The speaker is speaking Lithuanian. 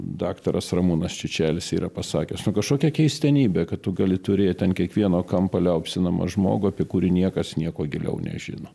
daktaras ramūnas čičelis yra pasakęs nu kažkokia keistenybė kad tu gali turėt ant kiekvieno kampo liaupsinamą žmogų apie kurį niekas nieko giliau nežino